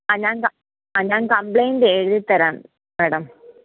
ആ ഞാൻ ക ഞാൻ കംപ്ലൈൻ്റെ എഴുതി തരാൻ മേടം